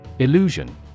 Illusion